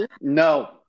no